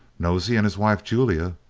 nosey and his wife, julia,